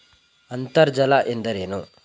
ಅಂತರ್ಜಲ ಎಂದರೇನು?